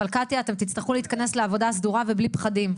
אבל קטיה אתם תצטרכו להתכנס לעבודה סדורה ובלי פחדים.